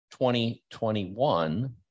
2021